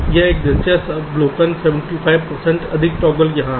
यह एक दिलचस्प अवलोकन 75 प्रतिशत अधिक टॉगल यहाँ है